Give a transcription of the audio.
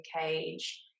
cage